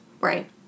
Right